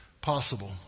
possible